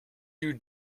you